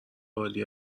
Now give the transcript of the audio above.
عالی